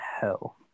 hell